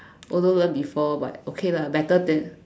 although learn before but okay lah better than